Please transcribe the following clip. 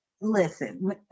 listen